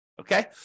Okay